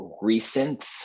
recent